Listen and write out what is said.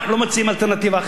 אנחנו לא מציעים אלטרנטיבה,